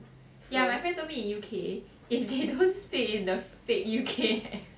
ya my friend told me in U_K if they don't speak in the fake U_K accent